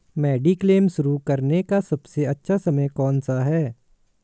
Mediclaim शुरू करने का सबसे अच्छा समय कौनसा है?